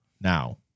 now